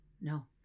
No